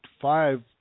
five